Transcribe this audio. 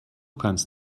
kannst